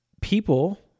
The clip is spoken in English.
People